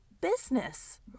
business